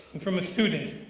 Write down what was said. from a student,